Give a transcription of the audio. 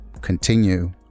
continue